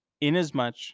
inasmuch